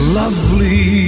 lovely